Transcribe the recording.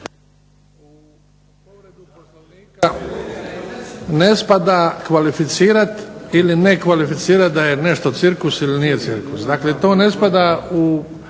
U povredu Poslovnika ne spada kvalificirati ili ne kvalificirati da je nešto cirkus ili nije cirkus. Dakle, to ne spada u